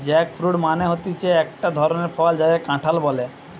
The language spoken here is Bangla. জ্যাকফ্রুট মানে হতিছে একটো ধরণের ফল যাকে কাঁঠাল বলে